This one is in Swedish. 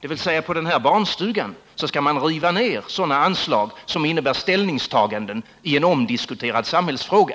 Det betyder att man på barnstugan i fråga skall riva ned sådana anslag som innebär ställningstaganden i en omdiskuterad samhällsfråga.